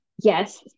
Yes